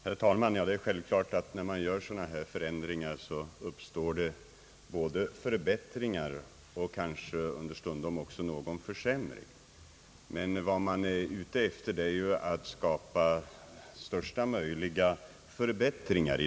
Herr talman! Det är självklart att när man gör sådana här förändringar så uppstår det både förbättringar och kanske understundom någon försämring. Vad man är ute efter är emellertid att skapa största möjliga förbättring.